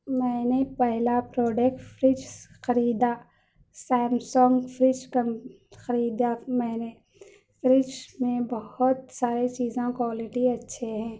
میں نے پہلا پروڈکٹ فریجس خریدا سیمسنگ فریج کم خریدا میں نے فریج میں بہت سارے چیزاں کوائلٹی اچھے ہیں